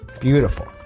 Beautiful